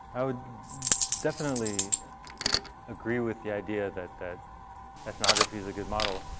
i would definitely agree with the idea that that eponagraphy is a good model.